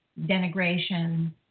denigration